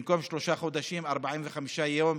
במקום שלושה חודשים, 45 יום,